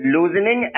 Loosening